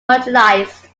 marginalized